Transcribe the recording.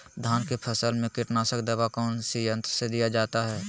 धान की फसल में कीटनाशक दवा कौन सी यंत्र से दिया जाता है?